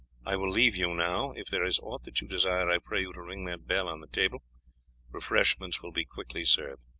i will leave you now. if there is aught that you desire, i pray you to ring that bell on the table refreshments will be quickly served.